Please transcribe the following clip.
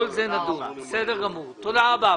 תודה רבה.